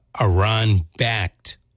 Iran-backed